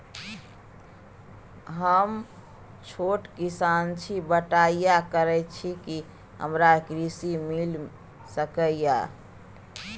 हम छोट किसान छी, बटईया करे छी कि हमरा कृषि ऋण मिल सके या?